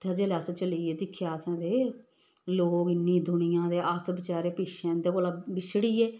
उत्थै जिल्लै अस चल गे दिक्खेआ असें ते लोक इन्नी दुनिया ते अस बचारे पिच्छें इंदे कोला बिछड़ी गे